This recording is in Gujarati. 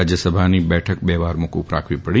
રાજયસભાની બેઠક બે વાર મોક્ફ રાખવી પડી